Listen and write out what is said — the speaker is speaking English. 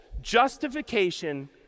justification